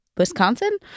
wisconsin